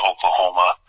Oklahoma